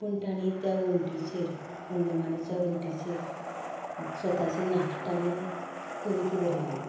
पूण ताणी त्या वण्टीचेर अंदमानाच्या वण्टीचेर स्वताच्या नाखटांनी कविता बरयली